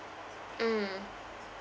mm